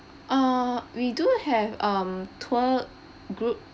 err we do have um tour group